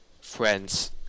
friends